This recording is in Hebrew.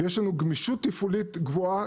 ויש לנו גמישות תפעולית גבוהה,